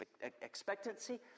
expectancy